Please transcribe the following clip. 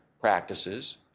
practices